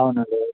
అవును